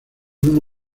uno